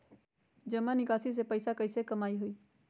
जमा निकासी से पैसा कईसे कमाई होई?